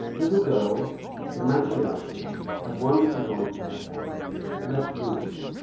little girls in matching outfits have wonderfully long hair left loose.